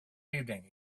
evening